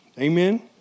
Amen